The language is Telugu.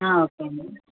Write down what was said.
ఓకే అండి